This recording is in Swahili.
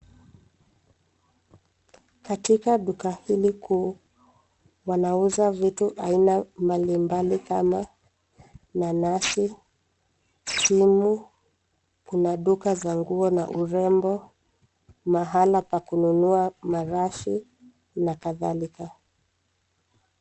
Katika duka hili kuu wanauza vitu aina mbalimbali kama nanasi, simu. Kuna duka za nguo na urembo, mahala pa kununua marashi na kadhalika.